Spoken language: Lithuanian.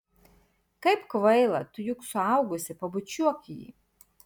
kaip kvaila tu juk suaugusi pabučiuok jį